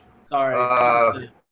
Sorry